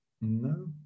no